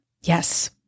Yes